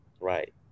right